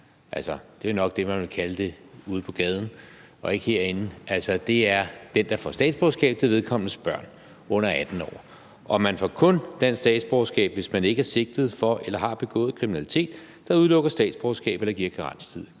det er jo nok det, man vil kalde det ude på gaden og ikke herinde. Det er børn under 18 år, der tilhører den, der får statsborgerskab, og man får kun dansk statsborgerskab, hvis man ikke er sigtet for eller har begået kriminalitet, der udelukker statsborgerskab eller giver karenstid.